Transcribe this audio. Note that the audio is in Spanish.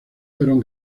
fueron